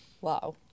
wow